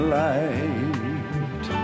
light